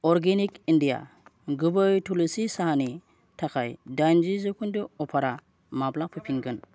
organic India गुबै थुलुंसि साहानि थाखाय दाइनजि जौखोन्दो अफारा माब्ला फैफिनगोन